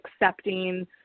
accepting